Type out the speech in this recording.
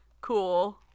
Cool